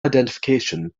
identification